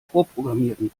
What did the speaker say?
vorprogrammierten